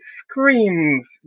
screams